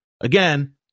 again